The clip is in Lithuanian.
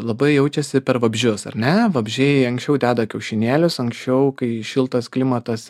labai jaučiasi per vabzdžius ar ne vabzdžiai anksčiau deda kiaušinėlius anksčiau kai šiltas klimatas